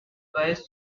vice